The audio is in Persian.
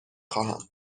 خواهم